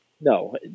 no